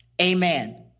Amen